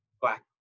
black